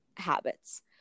habits